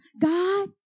God